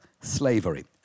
Slavery